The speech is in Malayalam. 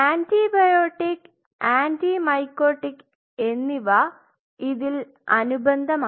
ആന്റിബയോട്ടിക് ആന്റി മൈകോട്ടിക് എന്നിവ ഇതിൽ അനുബന്ധമാണ്